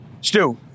Stu